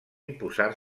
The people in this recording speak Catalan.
imposar